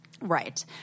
Right